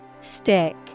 Stick